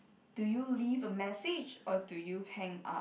do you leave a message or do you hang up